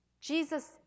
Jesus